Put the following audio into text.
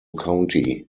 county